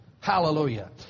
Hallelujah